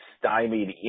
stymied